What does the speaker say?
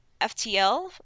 FTL